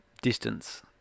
distance